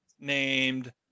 named